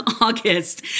August